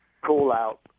call-out